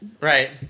Right